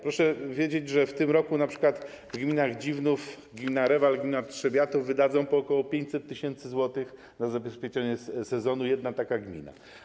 Proszę wiedzieć, że w tym roku np. gmina Dziwnów, gmina Rewal, gmina Trzebiatów wydadzą po ok. 500 tys. zł na zabezpieczenie sezonu - jedna taka gmina.